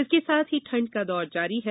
इसके साथ ही ठंड का दौर जारी है